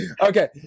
Okay